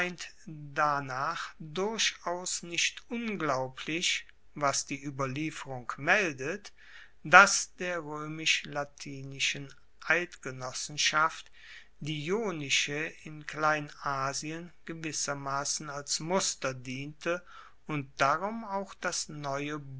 danach durchaus nicht unglaublich was die ueberlieferung meldet dass der roemisch latinischen eidgenossenschaft die ionische in kleinasien gewissermassen als muster diente und darum auch das neue